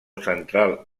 central